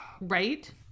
right